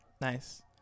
nice